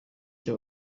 cya